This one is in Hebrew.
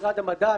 משרד המדע,